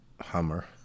Hummer